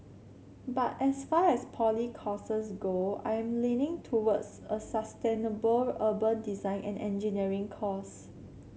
but as far as poly courses go I am leaning towards a sustainable urban design and engineering course